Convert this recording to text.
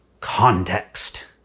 context